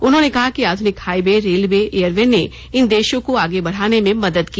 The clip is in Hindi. उन्होंने कहा कि आधनिक हाइवे रेलवे एयरवे ने इन देशों को आगे बढाने में मदद की